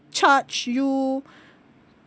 charge you